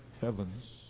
heavens